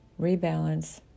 rebalance